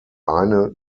eine